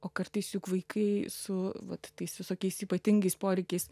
o kartais juk vaikai su vat tais visokiais ypatingais poreikiais